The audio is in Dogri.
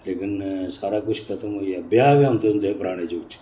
लेकिन सारा किश खतम होई गेआ ब्याह् गै होंदे हुंदे हे पराने जुग च